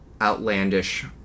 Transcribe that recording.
outlandish